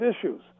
issues